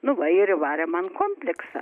nu va ir įvarė man kompleksą